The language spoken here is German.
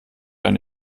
ein